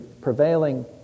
prevailing